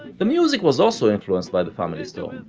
the music was also influenced by the family stone,